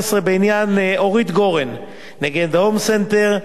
בעניין אורית גורן נגד "הום סנטר"